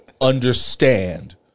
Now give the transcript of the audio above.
understand